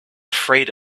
afraid